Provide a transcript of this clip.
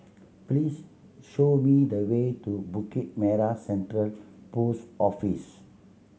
please show me the way to Bukit Merah Central Post Office